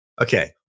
okay